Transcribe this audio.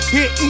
Hit